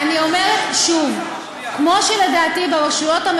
אני אומרת שוב: כמו שלדעתי בבחירות לרשויות